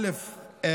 א.